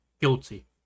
Guilty